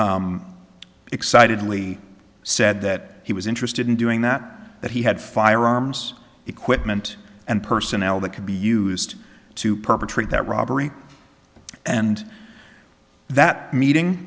excitedly said that he was interested in doing that that he had firearms equipment and personnel that could be used to perpetrate that robbery and that meeting